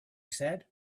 said